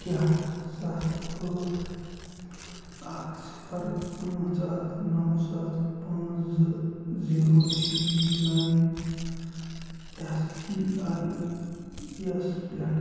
کیٛاہ سَتھ ٲٹھ اَکھ صِفَر پانٛژھ اَکھ نَو سَتھ پانٛژھ زٕ zero G U nine S B I یَس پٮ۪ٹھ